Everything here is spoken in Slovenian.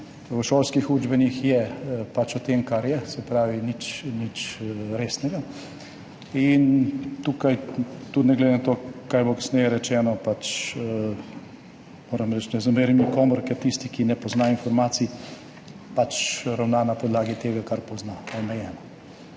V šolskih učbenikih je pač o tem, kar je, se pravi nič resnega. Ne glede na to, kaj bo kasneje rečeno, pač moram reči, ne zamerim nikomur, ker tisti, ki ne pozna informacij, pač ravna na podlagi tega, kar pozna, omejeno.